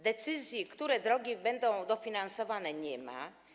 Decyzji, które drogi będą dofinansowane, nie ma.